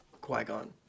Qui-Gon